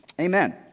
amen